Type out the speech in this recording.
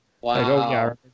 Wow